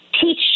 teach